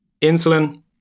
insulin